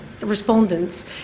respondents